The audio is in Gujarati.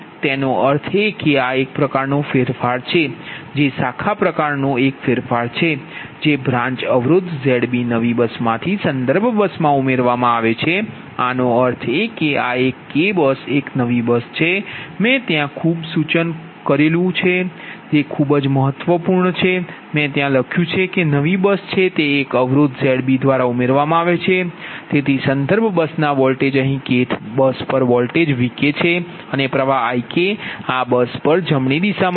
એનો અર્થ એ કે આ એક પ્રકારનો ફેરફાર છે જે શાખા પ્રકારનો એક ફેરફાર છે જે બ્રાંચ અવરોધ Zb નવી બસમાંથી સંદર્ભ બસમાં ઉમેરવામાં આવે છે આનો અર્થ એ કે આ એક K બસ એક નવી બસ છે મેં ત્યાં આ સૂચન ખૂબ જ મહત્વપૂર્ણ લખ્યું છે કે કે નવી બસ છે તે એક અવરોધ Zb દ્વારા ઉમેરવામાં આવી છે તેથી સંદર્ભ બસના વોલ્ટેજ અહીં kthબસ પર વોલ્ટેજ Vk છે અને પ્ર્વાહ Ik આ બસ પર જમણી દીશા મા વહે છે